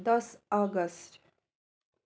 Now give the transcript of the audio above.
दस अगस्ट